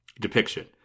depiction